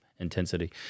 Intensity